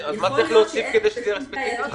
אז מה צריך להוסיף כדי שזה יהיה ספציפית?